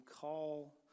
call